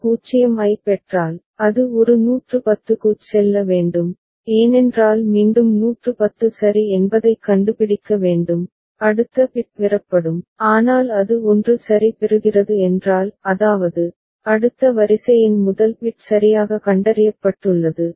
அது 0 ஐப் பெற்றால் அது ஒரு 110 க்குச் செல்ல வேண்டும் ஏனென்றால் மீண்டும் 110 சரி என்பதைக் கண்டுபிடிக்க வேண்டும் அடுத்த பிட் பெறப்படும் ஆனால் அது 1 சரி பெறுகிறது என்றால் அதாவது அடுத்த வரிசையின் முதல் பிட் சரியாக கண்டறியப்பட்டுள்ளது